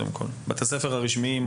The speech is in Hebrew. בתי הספר הרשמיים,